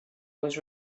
was